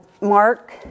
Mark